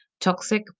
toxic